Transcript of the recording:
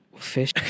Fish